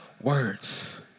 words